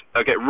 okay